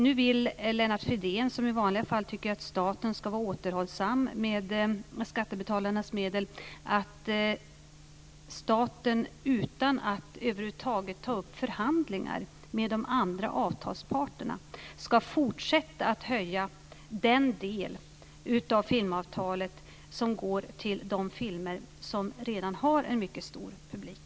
Nu vill Lennart Fridén - som i vanliga fall tycker att staten ska vara återhållsam med skattebetalarnas medel - att staten, utan att över huvud taget ta upp förhandlingar med de andra avtalsparterna, ska fortsätta att höja den del av filmavtalet som går till de filmer som redan har en mycket stor publik.